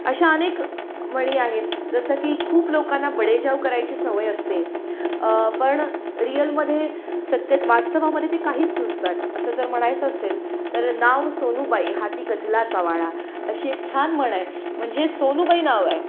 अशा अनेक म्हणी आहेत जसं की खूप लोकांना बडेजाव करायची सवय असते पण रियलमध्ये सत्यात वास्तवामध्ये ते काहीच नसतात असं जर म्हणायचं असेल तर नाव सोनूबाई हाती कथलाचा वाळा अशी एक छान म्हण आहे म्हणजे सोनूबाई नाव आहे